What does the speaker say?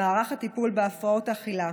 למערך הטיפול בהפרעות אכילה.